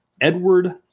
Edward